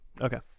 okay